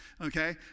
okay